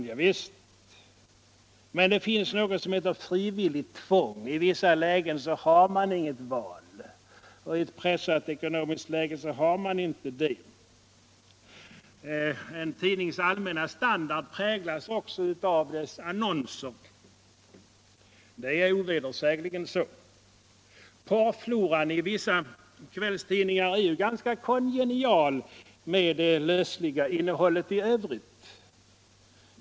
Ja visst, men det finns något som heter frivilligt tvång. I vissa lägen — t.ex. i ett pressat ekonomiskt läge — har man inget val. En tidnings allmänna standard präglas också av tidningens annonser — det är ovedersägligen så. Porrfloran i vissa kvällstidningar är ganska kongenial med det lösliga innehållet i övrigt.